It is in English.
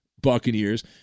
Buccaneers